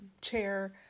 chair